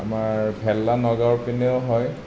আমাৰ ভেলা নগাঁওৰ পিনেও হয়